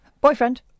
Boyfriend